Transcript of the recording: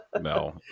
no